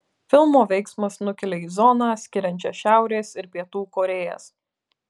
filmo veiksmas nukelia į zoną skiriančią šiaurės ir pietų korėjas